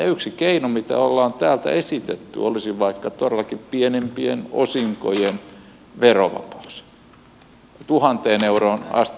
yksi keino mitä on täältä esitetty olisi todellakin vaikka pienempien osinkojen verovapaus esimerkiksi tuhanteen euroon asti